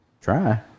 Try